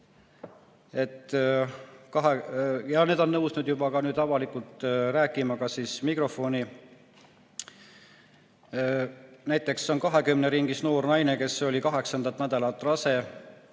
inimesed on tõusnud juba nüüd avalikult rääkima ka mikrofoni. Näiteks on üks 20 ringis noor naine, kes oli kaheksandat nädalat rase.